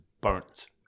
burnt